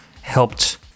helped